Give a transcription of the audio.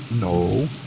No